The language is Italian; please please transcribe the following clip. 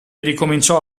ricominciò